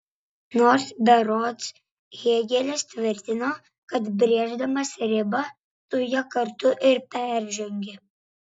nors berods hėgelis tvirtino kad brėždamas ribą tu ją kartu ir peržengi